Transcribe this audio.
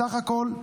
בסך הכול,